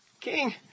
King